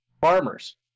farmers